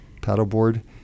paddleboard